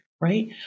right